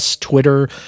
Twitter